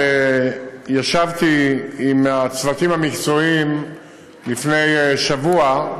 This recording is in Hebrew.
אני יכול לומר שישבתי עם הצוותים המקצועיים לפני שבוע,